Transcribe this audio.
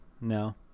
no